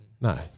No